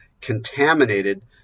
contaminated